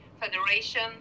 federation